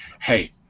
hey